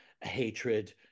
hatred